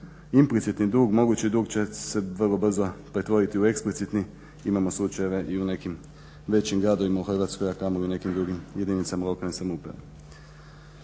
implicitni dug, mogući dug će se vrlo brzo pretvoriti u eksplicitni. Imamo slučajeve i u nekim većim gradovima u Hrvatskoj, a kamoli u nekim drugim jedinicama lokalne samouprave.